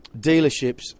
dealerships